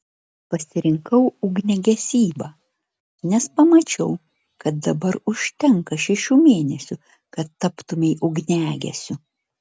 pasirinkau ugniagesybą nes pamačiau kad dabar užtenka šešių mėnesių kad taptumei ugniagesiu